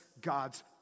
God's